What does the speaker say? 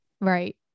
Right